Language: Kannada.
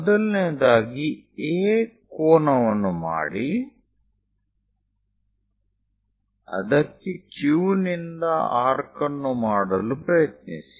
ಮೊದಲನೆಯದಾಗಿ A ಕೋನವನ್ನು ಮಾಡಿ ಅದಕ್ಕೆ Q ನಿಂದ ಆರ್ಕ್ ಅನ್ನು ಮಾಡಲು ಪ್ರಯತ್ನಿಸಿ